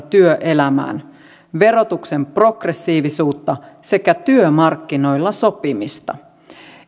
työelämään verotuksen progressiivisuutta sekä työmarkkinoilla sopimista